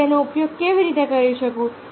હું તેનો ઉપયોગ કેવી રીતે કરી શકું